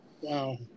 Wow